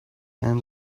and